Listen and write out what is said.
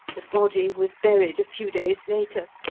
the body was buried a few days later,